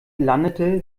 landete